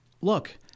Look